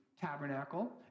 tabernacle